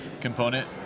component